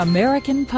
American